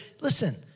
listen